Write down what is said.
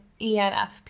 ENFP